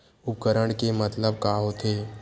उपकरण के मतलब का होथे?